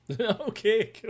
Okay